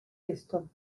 esto